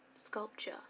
sculpture